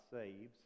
saves